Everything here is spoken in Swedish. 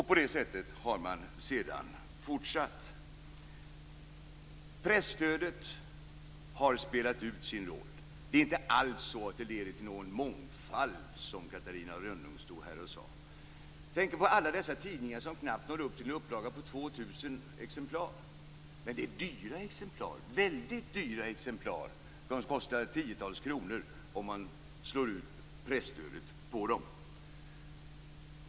På det sättet har man sedan fortsatt. Presstödet har spelat ut sin roll. Det är inte alls så att det leder till någon mångfald, som Catarina Rönnung stod här och sade. Jag tänker på alla dessa tidningar som knappt når upp till en upplaga av 2 000 exemplar. Det är dyra exemplar - väldigt dyra exemplar. De kostar tiotals kronor styck om man slår ut presstödet.